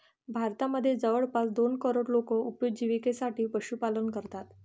भारतामध्ये जवळपास दोन करोड लोक उपजिविकेसाठी पशुपालन करतात